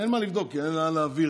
ההצעה